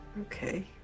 Okay